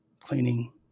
cleaning